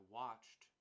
watched